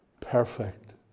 Perfect